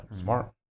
Smart